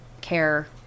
care